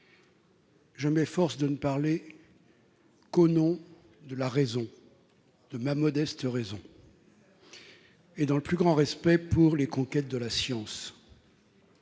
Je m'efforce de ne parler qu'au nom de la raison, de ma modeste raison, et dans le plus grand respect pour les conquêtes de la science.